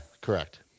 Correct